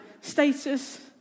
status